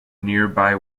nearby